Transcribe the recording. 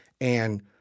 And-